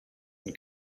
and